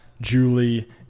Julie